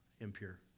impure